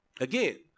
Again